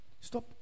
Stop